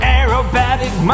aerobatic